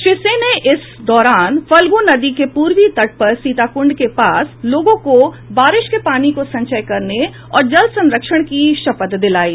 श्री सिंह ने इस दौरान फल्गु नदी के पूर्वी तट पर सीता कुंड के पास लोगों को बारिश के पानी को संचय करने और जल संरक्षण की शपथ दिलायी